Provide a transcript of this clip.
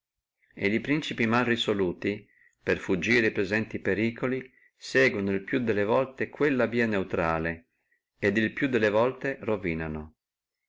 e li principi mal resoluti per fuggire e presenti periculi seguono el più delle volte quella via neutrale e il più delle volte rovinano